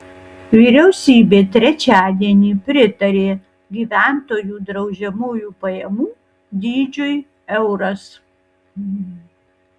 vyriausybė trečiadienį pritarė gyventojų draudžiamųjų pajamų dydžiui euras